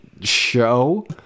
Show